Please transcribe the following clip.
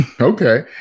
Okay